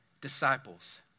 disciples